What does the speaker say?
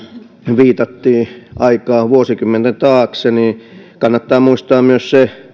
viitattiin aikaan vuosikymmenten taakse niin kannattaa muistaa myös se